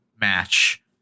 match